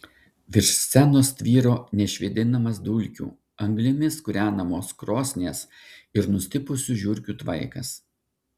virš scenos tvyro neišvėdinamas dulkių anglimis kūrenamos krosnies ir nustipusių žiurkių tvaikas